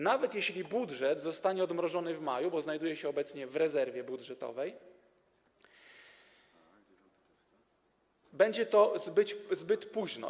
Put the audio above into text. Nawet jeśli budżet zostanie odmrożony w maju, bo znajduje się obecnie w rezerwie budżetowej, będzie to zbyt późno.